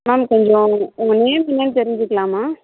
ma'am கொஞ்சம் உங்கள் name என்னென்னு தெரிஞ்சுக்கலாமா